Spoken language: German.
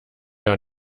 gar